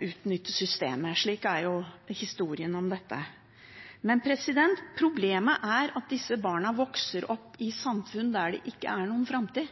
utnytte systemet. Slik er jo historien om dette. Men problemet er at disse barna vokser opp i samfunn der det ikke er noen framtid.